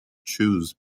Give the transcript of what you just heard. choose